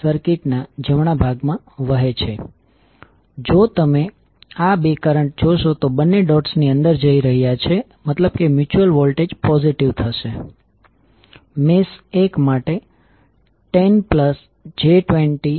તેથી જ્યારે કરંટ એ કોઇલના ડોટેડ ટર્મિનલમાં પ્રવેશ કરે છે ત્યારે મ્યુચ્યુઅલ વોલ્ટેજ કેવી રીતે ઓરિઅન્ટ થશે તે આપણે બતાવીએ છીએ